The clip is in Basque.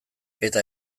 eta